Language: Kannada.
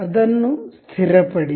ಅದನ್ನು ಸ್ಥಿರಪಡಿಸಿ